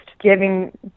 giving